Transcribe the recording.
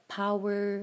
power